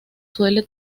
suele